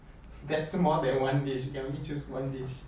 that's more than one dish you can only choose one dish